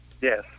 yes